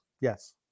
Yes